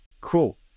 cool